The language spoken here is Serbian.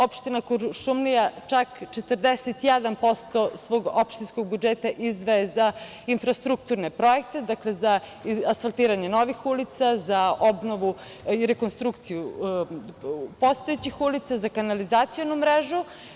Opština Kuršumlija čak 41% svog opštinskog budžeta izdvaja za infrastrukturne projekte, dakle, za asfaltiranje novih ulica, za obnovu i rekonstrukciju postojećih ulica, za kanalizacionu mrežu.